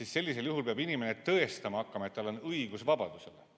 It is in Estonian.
siis sellisel juhul peab inimene tõestama hakkama, et tal on õigus vabadusele.